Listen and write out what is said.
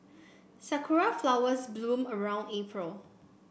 sakura flowers bloom around April